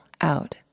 out